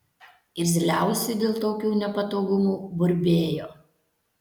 irzliausi dėl tokių nepatogumų burbėjo